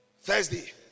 Thursday